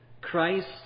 Christ